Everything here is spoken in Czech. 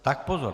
Tak pozor!